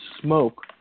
smoke